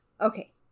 Okay